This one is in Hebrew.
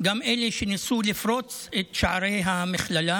גם אלה שניסו לפרוץ את שערי המכללה.